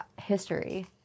history